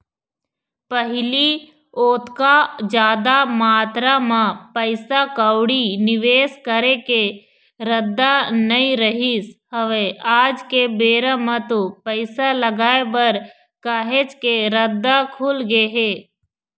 पहिली ओतका जादा मातरा म पइसा कउड़ी निवेस करे के रद्दा नइ रहिस हवय आज के बेरा म तो पइसा लगाय बर काहेच के रद्दा खुलगे हे